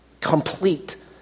complete